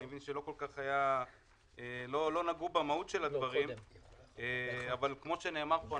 אני מבין שלא נגעו במהות של הדברים אבל כמו שנאמר פה,